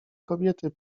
kobiety